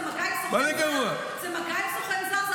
זה מגע עם סוכן זר,